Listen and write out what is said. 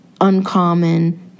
uncommon